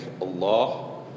Allah